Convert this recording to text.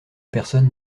personne